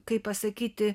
kaip pasakyti